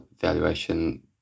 valuation